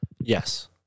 Yes